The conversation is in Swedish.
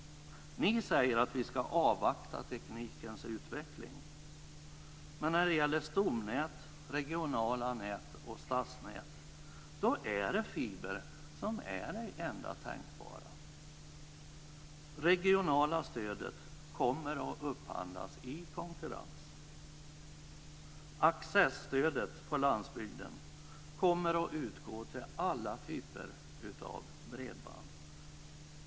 Ni säger att vi ska avvakta teknikens utveckling. Men när det gäller stomnät, regionala nät och stadsnät är det fiber som är det enda tänkbara. Det regionala stödet kommer att upphandlas i konkurrens. Accesstödet på landsbygden kommer att utgå till alla typer av bredband.